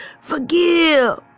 Forgive